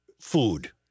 food